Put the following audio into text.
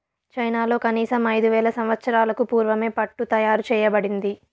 చైనాలో కనీసం ఐదు వేల సంవత్సరాలకు పూర్వమే పట్టు తయారు చేయబడింది